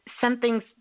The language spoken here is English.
something's